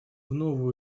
новую